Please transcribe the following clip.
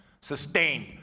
Sustained